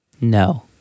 No